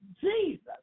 jesus